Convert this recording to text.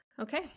okay